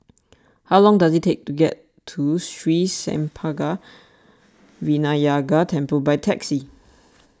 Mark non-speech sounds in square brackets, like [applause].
how long does it take to get to Sri Senpaga [noise] Vinayagar Temple by taxi